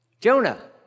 Jonah